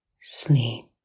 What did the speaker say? sleep